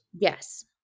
Yes